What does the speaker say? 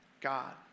God